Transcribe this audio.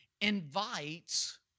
invites